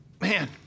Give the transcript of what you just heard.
man